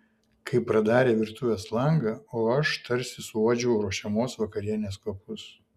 kai pradarė virtuvės langą o aš tarsi suuodžiau ruošiamos vakarienės kvapus